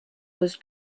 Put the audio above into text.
was